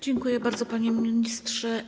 Dziękuję bardzo, panie ministrze.